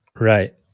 Right